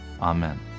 Amen